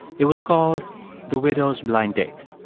it was called the widow's blind date.